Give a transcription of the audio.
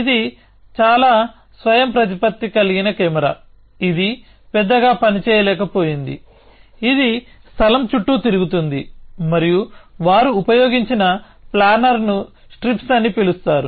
ఇది చాలా స్వయంప్రతిపత్తి కలిగిన కెమెరా ఇది పెద్దగాపని చేయలేకపోయింది ఇది స్థలం చుట్టూ తిరుగుతుంది మరియు వారు ఉపయోగించిన ప్లానర్ను స్ట్రిప్స్ అని పిలుస్తారు